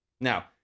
Now